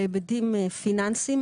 בהיבטים פיננסיים,